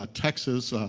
ah texas. ah,